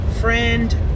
friend